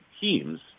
teams